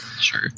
Sure